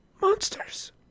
Monsters